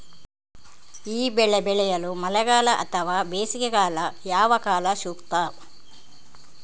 ಈ ಬೆಳೆ ಬೆಳೆಯಲು ಮಳೆಗಾಲ ಅಥವಾ ಬೇಸಿಗೆಕಾಲ ಯಾವ ಕಾಲ ಸೂಕ್ತ?